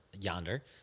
yonder